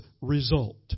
result